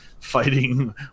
fighting